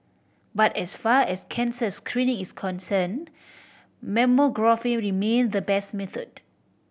but as far as cancer screening is concerned mammography remain the best method